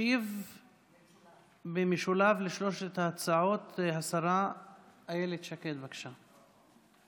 תשיב במשולב לשלוש ההצעות השרה אילת שקד, בבקשה.